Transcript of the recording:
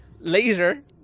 later